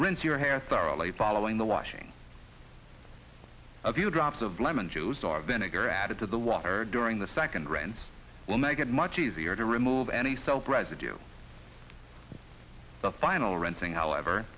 rinse your hair thoroughly following the washing a few drops of lemon juice or vinegar added to the water during the second rains will make it much easier to remove any self residue the final rinsing however